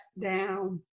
down